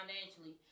financially